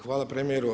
Hvala premijeru.